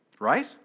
right